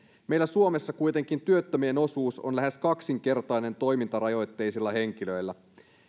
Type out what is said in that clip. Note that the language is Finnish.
meillä suomessa kuitenkin työttömien osuus on lähes kaksinkertainen toimintarajoitteisilla henkilöillä